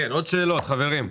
כן, עוד שאלות, חברים?